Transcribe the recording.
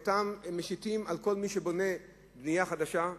שמשיתים על כל מי שבונה בנייה חדשה.